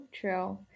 true